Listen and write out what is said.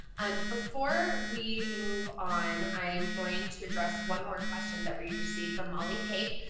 um before we move on, i am going to address one more question that we received from molly kate.